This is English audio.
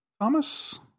Thomas